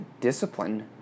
discipline